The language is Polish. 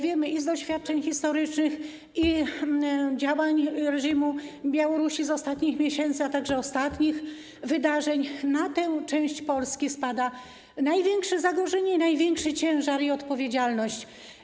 Wiemy z doświadczeń historycznych i działań reżimu Białorusi w ostatnich miesiącach, a także ostatnich wydarzeń, że na tę cześć Polski spada największe zagrożenie, największy ciężar i największa odpowiedzialność.